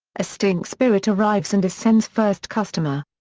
a stink spirit arrives and is sen's first customer.